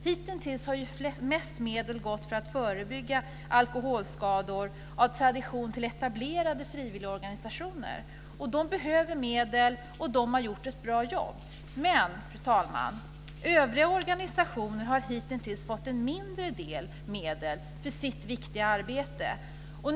Hitintills har av tradition mest medel till att förebygga alkoholskador gått till etablerade frivilligorganisationer. De behöver medel, och de har gjort ett bra jobb. Men, fru talman, övriga organisationer har hitintills fått mindre medel till sitt viktiga arbete.